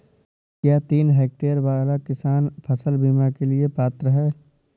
क्या तीन हेक्टेयर वाला किसान फसल बीमा के लिए पात्र हैं?